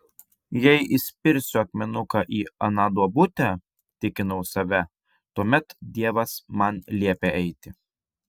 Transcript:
jei įspirsiu akmenuką į aną duobutę tikinau save tuomet dievas man liepia eiti